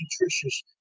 nutritious